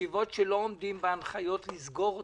ישיבות שלא עומדות בהנחיות לסגור אותן.